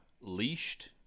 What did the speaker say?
leashed